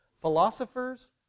Philosophers